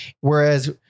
whereas